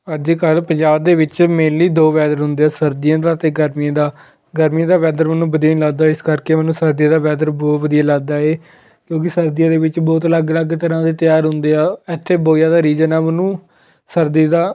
ਅੱਜ ਕੱਲ੍ਹ ਪੰਜਾਬ ਦੇ ਵਿੱਚ ਮੇਨਲੀ ਦੋ ਵੈਦਰ ਹੁੰਦੇ ਆ ਸਰਦੀਆਂ ਦਾ ਅਤੇ ਗਰਮੀਆਂ ਦਾ ਗਰਮੀਆਂ ਦਾ ਵੈਦਰ ਮੈਨੂੰ ਵਧੀਆ ਨਹੀਂ ਲੱਗਦਾ ਇਸ ਕਰਕੇ ਮੈਨੂੰ ਸਰਦੀ ਦਾ ਵੈਦਰ ਬਹੁਤ ਵਧੀਆ ਲੱਗਦਾ ਹੈ ਕਿਉਂਕਿ ਸਰਦੀਆਂ ਦੇ ਵਿੱਚ ਬਹੁਤ ਅਲੱਗ ਅਲੱਗ ਤਰ੍ਹਾਂ ਦੇ ਤਿਉਹਾਰ ਹੁੰਦੇ ਆ ਇੱਥੇ ਬਹੁਤ ਜ਼ਿਆਦਾ ਰੀਜਨ ਆ ਮੈਨੂੰ ਸਰਦੀ ਦਾ